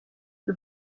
wir